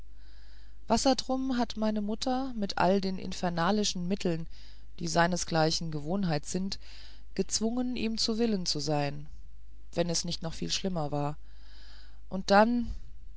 hält wassertrum hat meine mutter mit all den infernalischen mitteln die seinesgleichen gewohnheit sind gezwungen ihm zu willen zu sein wenn es nicht noch viel schlimmer war und dann